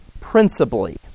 principally